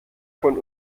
von